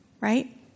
right